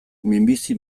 minbizi